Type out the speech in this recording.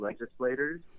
legislators